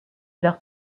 leur